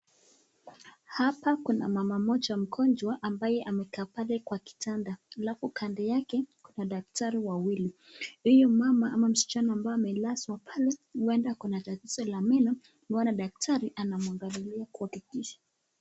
Hapa kuna mama mmoja mgonjwa ambaye amekaa pale kwa kitanda. Alafu kando yake kuna madaktari wawili. Huyo mama ama msichana ambaye amelazwa pale huenda ako na tatizo la meno. Ndiyo maana daktari anamwangalia kuhakikisha.